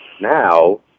Now